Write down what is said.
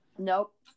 nope